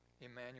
Emmanuel